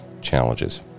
challenges